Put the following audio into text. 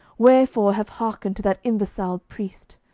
wherefore have hearkened to that imbecile priest?